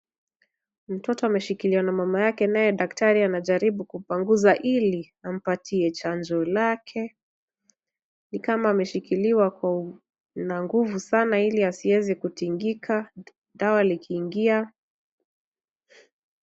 Mtoto ameshikiliwa na mama yake naye daktari anajaribu kupangusa ili ampatie chanjo lake, ni kama ameshikiliwa na nguvu sana ili asieze kutingika dawa likiingia.